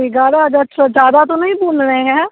ग्यारह हज़ार सौ ज़्यादा तो नहीं बोल रहे हैं